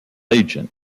agent